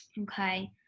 Okay